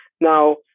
Now